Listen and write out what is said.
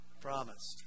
Promised